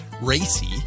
racy